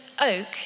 oak